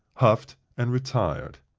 huffed and retired.